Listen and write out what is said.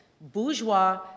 bourgeois